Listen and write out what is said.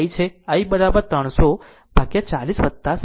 તેથી જો i આ છે i 300 ભાગ્યા 40 60